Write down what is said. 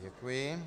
Děkuji.